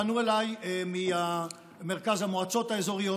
פנו אליי ממרכז המועצות האזוריות